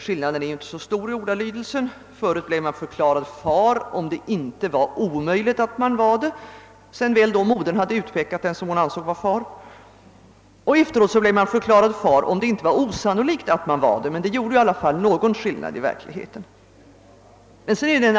Skillnaden är inte så stor i ordalydelsen; förut blev man förklarad far om det inte var omöjligt att man var det, sedan väl modern utpekat den hon ansåg vara far, och efteråt blev man förklarad far om det inte var osannolikt att man var det. En viss skillnad gjorde detta dock i verkligheten.